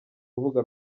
rubuga